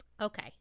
Okay